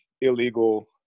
illegal